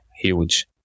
huge